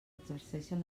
exerceixen